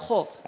God